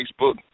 Facebook